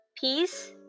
Peace